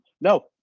No